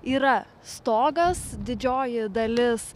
yra stogas didžioji dalis